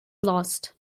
lost